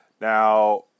Now